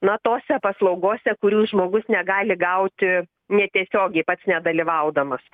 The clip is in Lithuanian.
na tose paslaugose kurių žmogus negali gauti netiesiogiai pats nedalyvaudamas